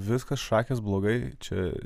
viskas šakės blogai čia